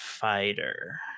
fighter